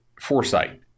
foresight